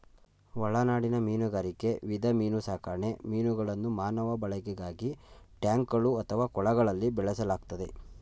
ಒಳನಾಡಿನ ಮೀನುಗಾರಿಕೆ ವಿಧ ಮೀನುಸಾಕಣೆ ಮೀನುಗಳನ್ನು ಮಾನವ ಬಳಕೆಗಾಗಿ ಟ್ಯಾಂಕ್ಗಳು ಅಥವಾ ಕೊಳಗಳಲ್ಲಿ ಬೆಳೆಸಲಾಗ್ತದೆ